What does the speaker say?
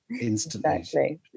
instantly